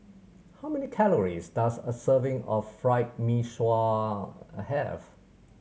how many calories does a serving of Fried Mee Sua a have